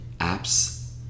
apps